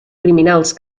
criminals